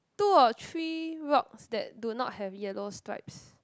two or three rocks that do not have yellow stripes